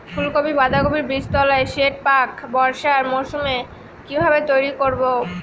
ফুলকপি বাধাকপির বীজতলার সেট প্রাক বর্ষার মৌসুমে কিভাবে তৈরি করব?